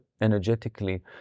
energetically